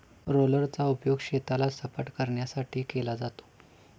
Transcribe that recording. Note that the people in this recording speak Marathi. रोलरचा उपयोग शेताला सपाटकरण्यासाठी केला जातो